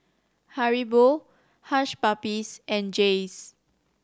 Haribo Hush Puppies and Jays